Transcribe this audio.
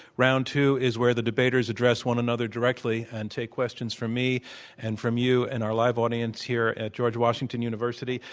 round two is where the debaters address one another directly and take questions from me and from you and our live audience here at george washington university.